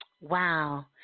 Wow